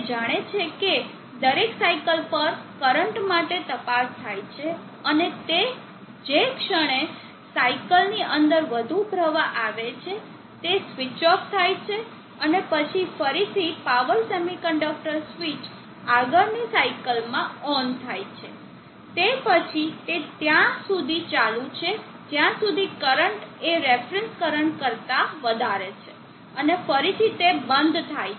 તે જાણે છે કે દરેક સાઇકલ પર કરંટ માટે તપાસ થાય છે અને જે ક્ષણે સાઇકલની અંદર વધુ પ્રવાહ આવે છે તે સ્વીચ ઓફ થાય છે અને પછી ફરીથી પાવર સેમિકન્ડક્ટર સ્વીચ આગળની સાઇકલમાં ઓન થાય છે તે પછી તે ત્યાં સુધી ચાલુ છે જ્યા સુધી કરંટ એ રેફરન્સ કરંટ કરતા વધારે છે અને ફરીથી તે બંધ થાય છે